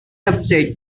upset